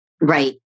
Right